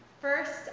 First